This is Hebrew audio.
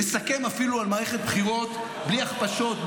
נסכם אפילו על מערכת בחירות בלי הכפשות,